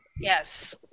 Yes